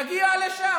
יגיע לשם.